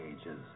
ages